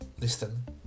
listen